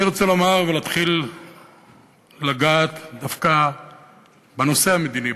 אני רוצה לומר ולהתחיל לגעת דווקא בנושא המדיני,